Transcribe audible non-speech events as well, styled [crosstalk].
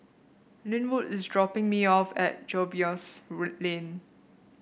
Linwood is dropping me off at Jervois [unintelligible] Lane